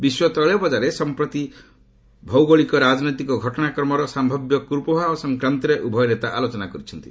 ବିଶ୍ୱ ତୈଳ ବଜାରରେ ସମ୍ପ୍ରତି ଭୌଗୋଳିକ ରାଜନୈତିକ ଘଟଣାକ୍ରମର ସାମ୍ଭବ୍ୟ କୁପ୍ରଭାବ ସଂକ୍ରାନ୍ତରେ ଉଭୟ ନେତା ଆଲୋଚନା କରିଛନ୍ତି